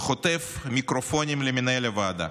וחוטף מיקרופונים למנהל הוועדה.